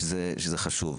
שזה חשוב,